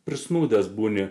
prisnūdęs būni